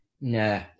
Nah